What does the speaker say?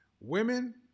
Women